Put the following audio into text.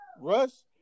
Russ